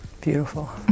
beautiful